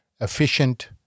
efficient